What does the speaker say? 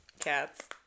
cats